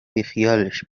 بیخیالش